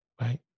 right